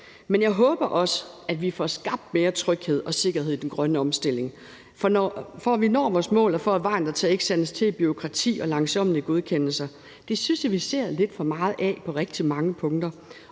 Men jeg håber også, at vi får skabt mere tryghed og sikkerhed i den grønne omstilling, så vi når vores mål, og så vejen dertil ikke sandes til i bureaukrati og langsommelige godkendelser. Det synes jeg vi ser lidt for meget af på rigtig mange punkter,